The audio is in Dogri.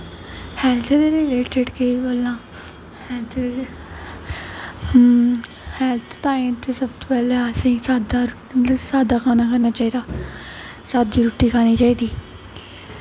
हैल्थ दे रिलेटिड केह् बोलां हैल्थ हैल्थ ताईं ते असेंगी पैह्लें साद्दा खाना खाना चाहिदा साद्दी रुट्टी खानी चाहिदी